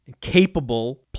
capable